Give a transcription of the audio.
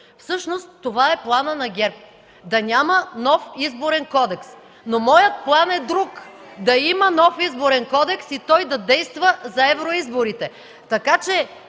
Всъщност това е плана на ГЕРБ – да няма нов Изборен кодекс, но моят план е друг – да има нов Изборен кодекс и той да действа за евроизборите, така че